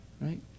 right